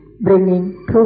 bringing